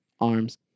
arms